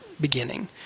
beginning